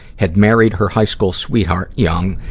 had married her high school sweetheart young,